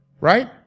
right